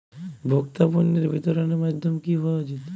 ভোক্তা পণ্যের বিতরণের মাধ্যম কী হওয়া উচিৎ?